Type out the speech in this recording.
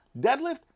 deadlift